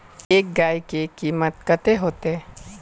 एक गाय के कीमत कते होते?